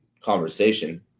conversation